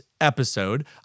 episode